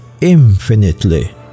infinitely